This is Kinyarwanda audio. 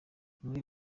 muri